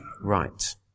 right